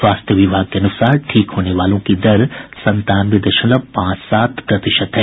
स्वास्थ्य विभाग के अनुसार ठीक होने की दर संतानवे दशमलव पांच सात प्रतिशत है